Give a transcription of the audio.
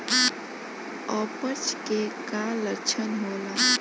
अपच के का लक्षण होला?